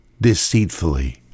deceitfully